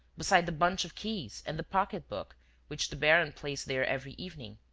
beside the bunch of keys and the pocketbook which the baron placed there every evening.